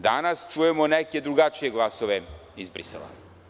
Danas čujemo neke drugačije glasove iz Brisela.